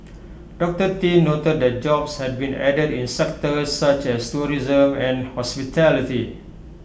doctor tin noted that jobs had been added in sectors such as tourism and hospitality